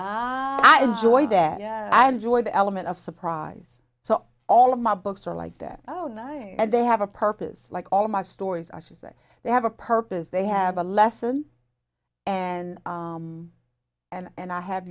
and i enjoy that yeah i enjoy the element of surprise so all of my books are like that oh no they have a purpose like all of my stories i should say they have a purpose they have a lesson and and i have